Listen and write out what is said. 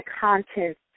content